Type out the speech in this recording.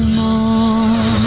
more